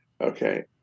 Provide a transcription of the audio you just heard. Okay